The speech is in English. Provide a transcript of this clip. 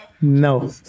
No